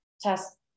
test